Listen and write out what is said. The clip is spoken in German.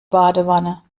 badewanne